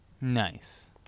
Nice